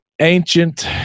Ancient